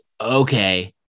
okay